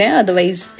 otherwise